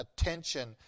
attention